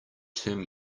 term